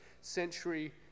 century